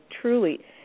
truly